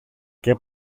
και